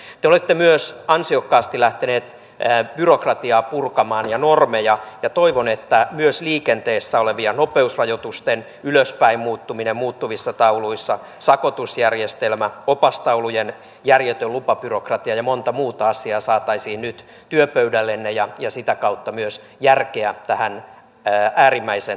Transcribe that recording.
te olette myös ansiokkaasti lähtenyt byrokratiaa ja normeja purkamaan ja toivon että myös liikenteessä olevien nopeusrajoitusten ylöspäin muuttuminen muuttuvissa tauluissa sakotusjärjestelmä opastaulujen järjetön lupabyrokratia ja monta muuta asiaa saataisiin nyt työpöydällenne ja sitä kautta myös järkeä tähän äärimmäisen laajaan byrokratiaan